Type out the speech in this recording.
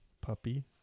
Puppy